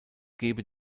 gebe